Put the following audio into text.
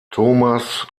thomas